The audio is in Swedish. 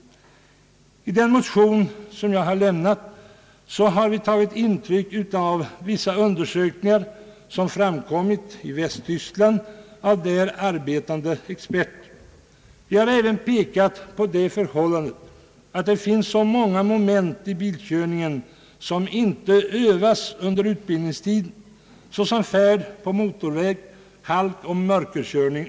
I den motion som jag lämnat har vi tagit intryck av vissa undersökningar som gjorts i Västtyskland av där arbetande experter. Vi har även pekat på det förhållandet att det finns många moment i bilkörningen som inte övas under utbildningstiden, t.ex. färd på motorväg, halkoch mörkerkörning.